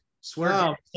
Swear